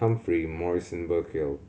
Humphrey Morrison Burkill